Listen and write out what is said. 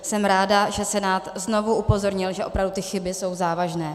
Jsem ráda, že Senát znovu upozornil, že opravdu ty chyby jsou závažné.